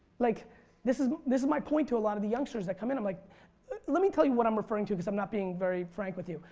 like this is this is my point to a lot of the youngsters that come in. like let me tell you what i'm referring to because i'm not being very frank with you.